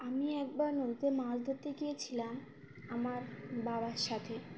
আমি একবার নদীতে মাছ ধরতে গিয়েছিলাম আমার বাবার সাথে